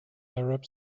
arab